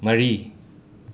ꯃꯔꯤ